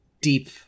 deep